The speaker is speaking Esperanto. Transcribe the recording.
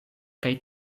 kaj